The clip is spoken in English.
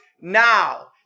now